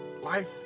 Life